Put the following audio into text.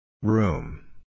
Room